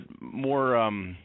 more